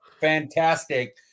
Fantastic